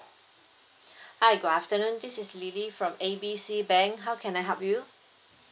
hi good afternoon this is lily from A B C bank how can I help you